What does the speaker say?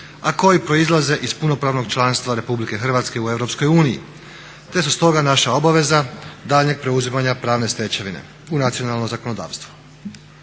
a koji proizlaze iz punopravnog članstva Republike Hrvatske u Europskoj uniji te su stoga naša obaveza daljnjeg preuzimanja pravne stečevine u nacionalno zakonodavstvo.